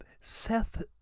Seth